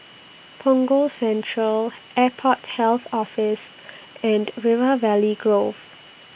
Punggol Central Airport Health Office and River Valley Grove